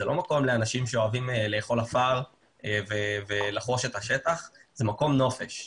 זה לא מקום לאנשים שאוהבים לאכול עפר ולחרוש את השטח אלא זה מקום נופש.